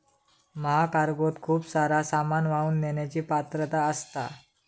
महाकार्गोत खूप सारा सामान वाहून नेण्याची पात्रता असता